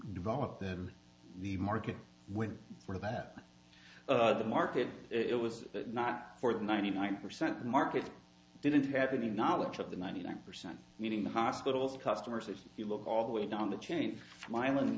develop then the market went for that the market it was not for the ninety nine percent market didn't have the knowledge of the ninety nine percent meaning hospitals customers if you look all the way down the chain smilin